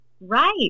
Right